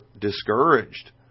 discouraged